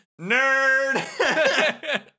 Nerd